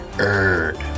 Erd